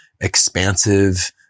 expansive